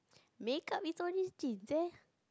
makeup is on his genes